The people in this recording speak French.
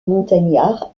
montagnards